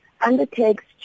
undertakes